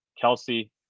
Kelsey